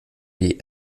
die